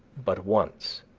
but once,